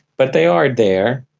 but they are there.